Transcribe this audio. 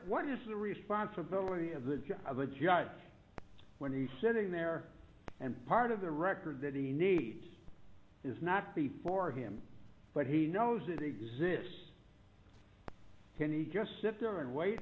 what is the responsibility of the judge when he's sitting there and part of the record that he needs is not before him but he knows it exists and he just sits there and wait